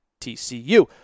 TCU